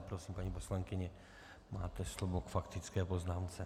Prosím, paní poslankyně, máte slovo k faktické poznámce.